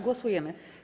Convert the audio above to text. Głosujemy.